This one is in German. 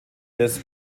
des